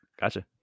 Gotcha